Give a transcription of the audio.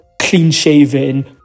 clean-shaven